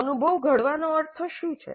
અનુભવ ઘડવાનો અર્થ શું છે